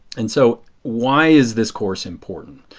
and so why is this course important?